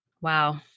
Wow